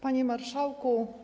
Panie Marszałku!